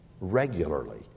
regularly